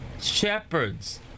shepherds